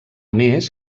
més